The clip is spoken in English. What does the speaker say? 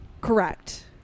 correct